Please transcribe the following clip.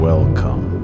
Welcome